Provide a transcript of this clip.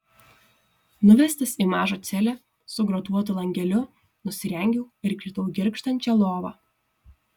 nuvestas į mažą celę su grotuotu langeliu nusirengiau ir kritau į girgždančią lovą